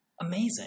amazing